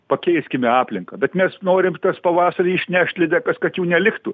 pakeiskime aplinką bet mes norim tas pavasarį išnešt lydekas kad jų neliktų